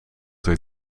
door